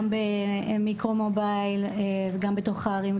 גם במיקרו מובייל וגם בתוך הערים,